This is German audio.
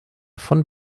von